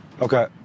Okay